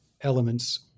elements